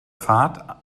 fahrt